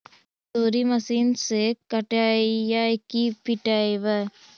मसुरी मशिन से कटइयै कि पिटबै?